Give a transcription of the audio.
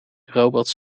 robots